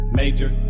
major